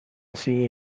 see